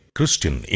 Christian